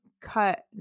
cut